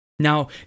Now